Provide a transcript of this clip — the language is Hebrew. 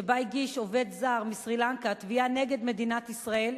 שבה הגיש עובד זר מסרי-לנקה תביעה נגד מדינת ישראל,